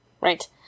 right